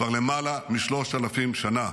כבר למעלה משלושת אלפים שנה,